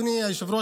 אדוני היושב-ראש,